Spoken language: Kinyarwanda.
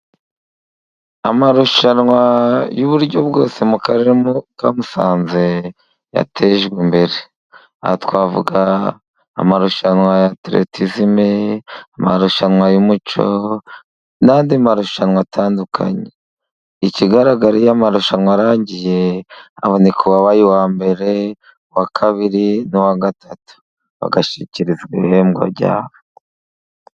Amarushanwa y'uburyo bwose mu karere ka Musanze yatejwe imbere . Aha twavuga amarushanwa y'ateretisime ,amarushanwa y'umucon'andi marushanwa atandukanye . Ikigaragara iyo amarushanwa arangiye haboneka uwabaye uwa mbere, uwa kabiri n'uwa gatatu, bagashyikirizwa ibihembo byabo.